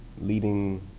leading